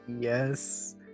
Yes